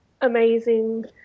amazing